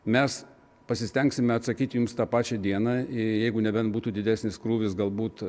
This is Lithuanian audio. mes pasistengsime atsakyti jums tą pačią dieną jeigu nebent būtų didesnis krūvis galbūt